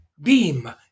beam